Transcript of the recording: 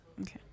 Okay